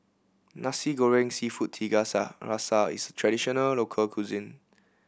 Nasi Goreng Seafood tiga rasa is a traditional local cuisine